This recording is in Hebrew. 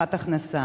להבטחת הכנסה.